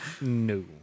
no